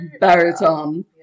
baritone